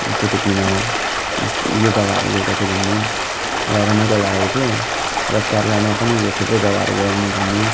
कुतुब मिनार यस यो जगाहरू गएको थिएँ घुम्नु र रमाइलो लागेको थियो र केरेलामा पनि यो थुप्रै जगाहरू गएँ म घुम्नु